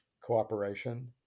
cooperation